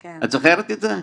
את זוכרת את זה?